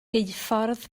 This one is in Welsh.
geuffordd